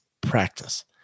practice